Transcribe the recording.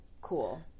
cool